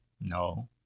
No